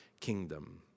kingdom